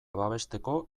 babesteko